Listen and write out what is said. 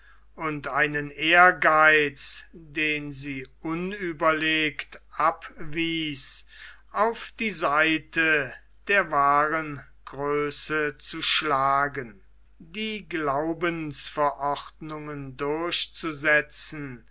und einen ehrgeiz den sie unüberlegt abwies auf die seite der wahren größe zu schlagen die glaubensverordnungen durchzusetzen